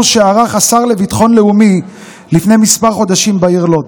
שערך השר לביטחון הלאומי לפני כמה חודשים בעיר לוד.